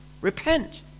Repent